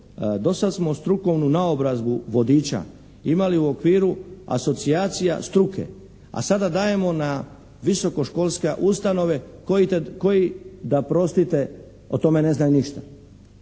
Do sad smo strukovnu naobrazbu vodića imali u okviru asocijacija struke, a sada dajemo na visokoškolske ustanove koji da prostite o tome ne znaju ništa.